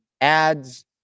ads